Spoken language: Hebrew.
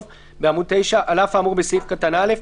בעמוד 9: "על אף האמור בסעיף קטן (א),